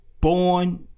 born